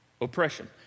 oppression